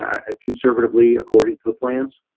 ah conservatively according to the plans?